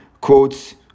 quotes